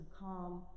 calm